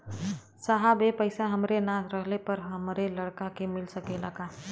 साहब ए पैसा हमरे ना रहले पर हमरे लड़का के मिल सकेला का?